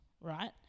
right